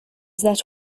that